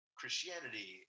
Christianity